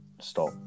stop